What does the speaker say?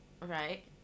right